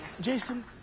Jason